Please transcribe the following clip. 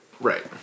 Right